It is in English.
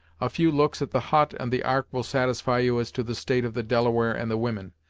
a few looks at the hut and the ark will satisfy you as to the state of the delaware and the women,